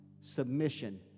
submission